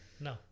No